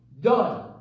done